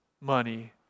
money